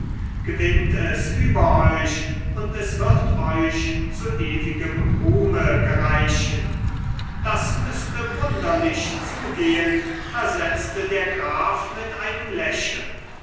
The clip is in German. gewinnt es über euch und es wird euch zu ewigem ruhme gereichen das müßte wunderlich zugehen versetzte der graf mit einem lächeln